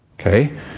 Okay